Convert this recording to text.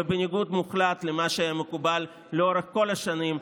ובניגוד מוחלט למה שמקובל לאורך כל השנים,